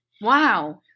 Wow